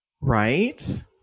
Right